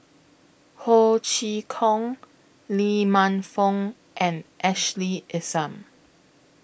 Ho Chee Kong Lee Man Fong and Ashley Isham